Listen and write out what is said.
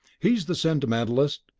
he's the sentimentalist!